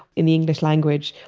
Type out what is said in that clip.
in the english language,